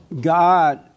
God